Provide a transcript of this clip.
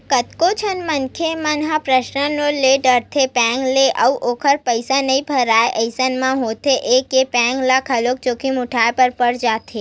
कतको झन मनखे मन ह पर्सनल लोन ले डरथे रहिथे बेंक ले अउ ओखर पइसा नइ भरय अइसन म होथे ये के बेंक ल ओखर जोखिम उठाय बर पड़ जाथे